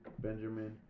Benjamin